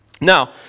Now